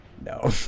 No